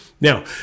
Now